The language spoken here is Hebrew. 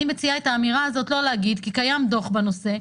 אני מציעה את האמירה הזאת לא להגיד כי קיים דוח בנושא,